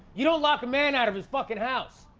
you don't lock a man out of his fucking house!